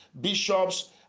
bishops